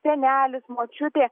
senelis močiutė